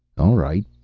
all right.